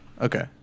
okay